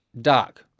dark